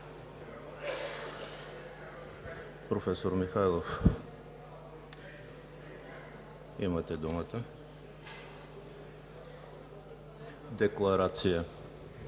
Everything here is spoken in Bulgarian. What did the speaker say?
Професор Михайлов, имате думата – декларация